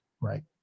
Right